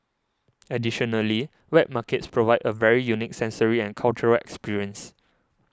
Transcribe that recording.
additionally wet markets provide a very unique sensory and cultural experience